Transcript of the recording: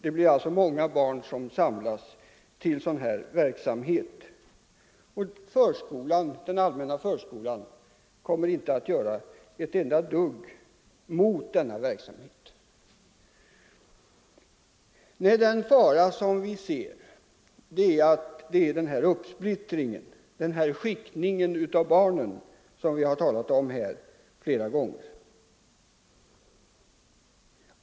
Det blir alltså många barn som samlas till sådan verksamhet. Och den allmänna förskolan kommer inte att göra någonting mot denna verksamhet. Nej, vad vi är rädda för är uppsplittringen, skiktningen av barnen, som det här har talats om flera gånger.